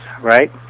Right